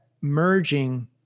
merging